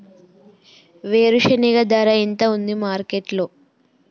వేరుశెనగ ధర ఎంత ఉంది మార్కెట్ లో?